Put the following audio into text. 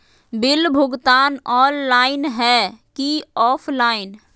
Bill भुगतान online है की ऑफलाइन?